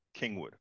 Kingwood